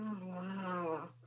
wow